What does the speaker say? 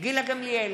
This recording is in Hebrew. גילה גמליאל,